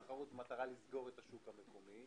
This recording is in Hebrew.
או תחרות במטרה לסגור את השוק המקומי,